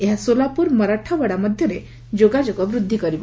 ଏହା ସୋଲାପୁର ମରାଠାୱାଡା ମଧ୍ୟରେ ଯୋଗାଯୋଗ ବୃଦ୍ଧି କରିବ